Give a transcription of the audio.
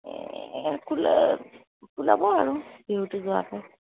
এই কুলাব আৰু বিহুতো যোৱাকে